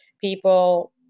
people